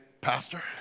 pastor